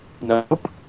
Nope